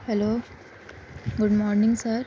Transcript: hello good morning sir